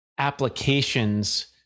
applications